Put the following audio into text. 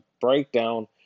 breakdown